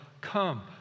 come